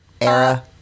era